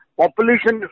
population